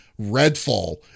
redfall